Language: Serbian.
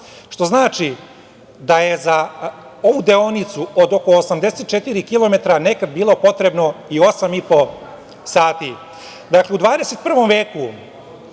što znači da je za ovu deonicu od oko 84 kilometara nekad bilo potrebno i 8,5 sati. Dakle, u 21. veku